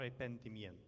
arrepentimiento